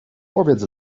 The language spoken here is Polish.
powiedz